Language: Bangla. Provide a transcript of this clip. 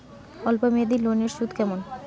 অল্প মেয়াদি লোনের সুদ কেমন?